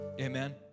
Amen